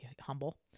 humble